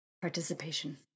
participation